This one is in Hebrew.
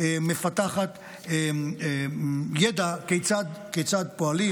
שמפתחת ידע כיצד פועלים.